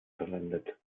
verwendet